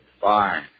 Fine